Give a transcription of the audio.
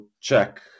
check